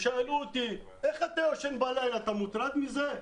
ושאלו אותי איך אתה ישן בלילה והאם אני מוטרד מזה.